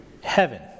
heaven